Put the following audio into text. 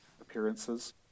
appearances